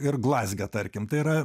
ir glazge tarkim tai yra